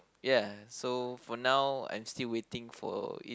yeah so for now I'm still waiting for it